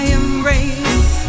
embrace